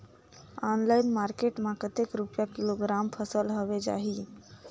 Online market मां कतेक रुपिया किलोग्राम फसल हवे जाही?